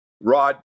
Rod